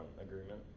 agreement